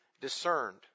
discerned